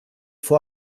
vor